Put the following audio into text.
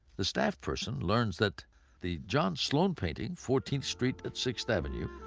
the staff person learns that the john sloan painting, fourteenth street at sixth avenue,